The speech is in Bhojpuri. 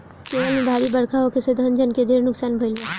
केरल में भारी बरखा होखे से धन जन के ढेर नुकसान भईल बा